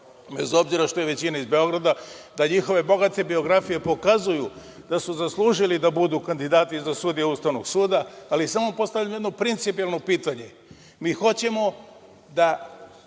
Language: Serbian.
bez obzira što je većina iz Beograda, da njihove bogate biografije pokazuju da su zaslužili da budu kandidati za sudije Ustavnog suda, ali samo postavljam jedno principijelno pitanje. Mi hoćemo da